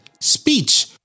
speech